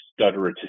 stutterer